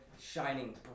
shining